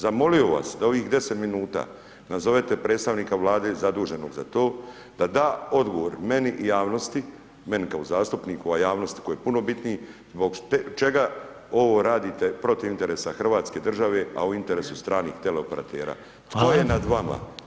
Zamolio vas da u ovih 10 minuta nazovete predstavnika Vlade zaduženog za to da da odgovor meni i javnosti, meni kao zastupniku, a javnosti koji je puno bitniji, zbog čega ovo radite protiv interesa hrvatske države, a u interesu stranih teleoperatera [[Upadica: Hvala]] Tko je nad vama?